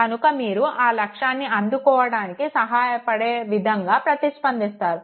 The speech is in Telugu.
కనుక మీరు ఆ లక్ష్యాన్ని అందుకోవడానికి సహాయపడే విధంగా ప్రతిస్పందిస్తారు